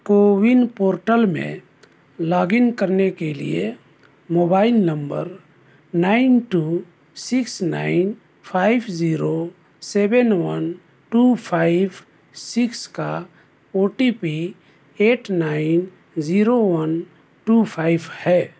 CoWIN portal میں log in کرنے کے لیے mobile number nine two six nine five zero seven one two five six کا O T P eight nine zero one two five ہے